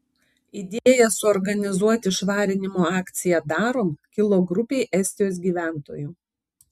idėja suorganizuoti švarinimo akciją darom kilo grupei estijos gyventojų